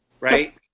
Right